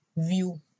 View